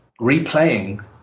replaying